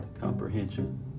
comprehension